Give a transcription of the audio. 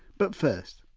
but first,